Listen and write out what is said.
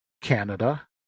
Canada